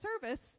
service